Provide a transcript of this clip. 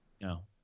No